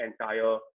entire